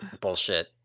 bullshit